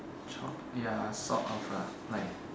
choc~ ya sort of lah like